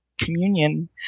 communion